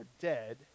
dead